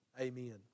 Amen